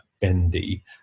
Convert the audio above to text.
bendy